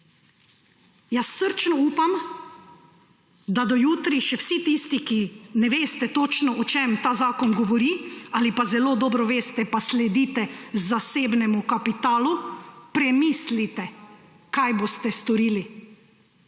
Srčno upam, da do jutri še vsi tisti, ki ne veste točno, o čem ta zakon govori, ali pa zelo dobro veste pa sledite zasebnemu kapitalu, premislite, kaj boste storili.